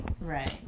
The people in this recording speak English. Right